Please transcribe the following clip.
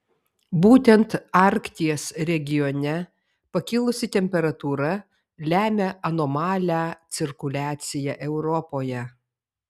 būtent arkties regione pakilusi temperatūra lemia anomalią cirkuliaciją europoje